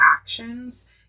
actions